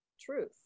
truth